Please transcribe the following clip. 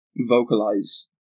vocalize